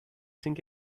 sink